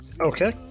Okay